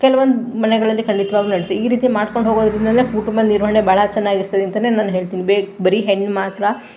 ಕೆಲವೊಂದು ಮನೆಗಳಲ್ಲಿ ಖಂಡಿತವಾಗ್ಲೂ ನಡೆಯುತ್ತೆ ಈ ರೀತಿ ಮಾಡ್ಕೊಂಡು ಹೊಗೋದ್ರಿಂಲೇ ಕುಟುಂಬ ನಿರ್ವಹಣೆ ಬಹಳ ಚೆನ್ನಾಗಿರ್ತದಂತಲೇ ನಾನು ಹೇಳ್ತೀನಿ ಬೇ ಬರೀ ಹೆಣ್ಣು ಮಾತ್ರ